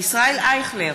ישראל אייכלר,